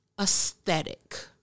aesthetic